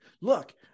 Look